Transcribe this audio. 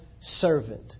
servant